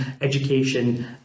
education